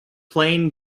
plain